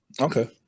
Okay